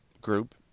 group